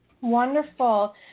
Wonderful